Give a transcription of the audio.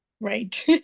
Right